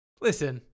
listen